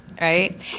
right